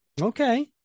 Okay